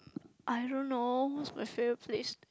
I don't know what's my favourite place